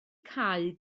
cau